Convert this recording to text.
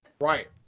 Right